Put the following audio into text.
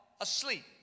asleep